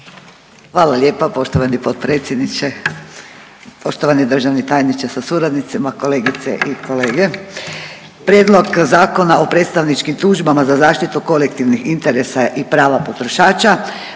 Hvala lijepa poštovani potpredsjedniče. Poštovani državni tajniče sa suradnicima, kolegice i kolege. Prijedlog Zakona o predstavničkim tužbama za zaštitu kolektivnih interesa i prava potrošača